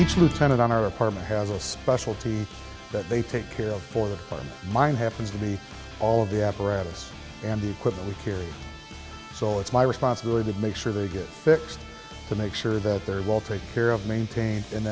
each lieutenant on our apartment has a specialty that they take care of for her and mine happens to be all of the apparatus and the equipment here so it's my responsibility to make sure they get fixed to make sure that they're well taken care of maintained and